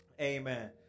Amen